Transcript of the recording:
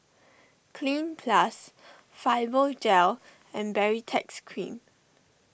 Cleanz Plus Fibogel and Baritex Cream